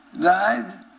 died